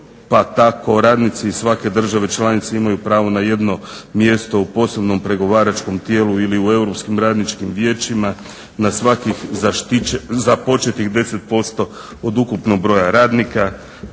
pa tako radnici iz svake države članice imaju pravo na jedno mjesto u posebnom pregovaračkom tijelu ili u europskim radničkim vijećima na svakih započetih 10% od ukupnog broja radnika.